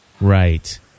Right